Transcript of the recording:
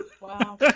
Wow